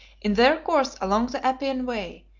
in their course along the appian way,